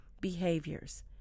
behaviors